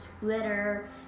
Twitter